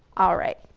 all right,